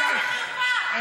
זו בושה וחרפה שיש שדולה כזאת.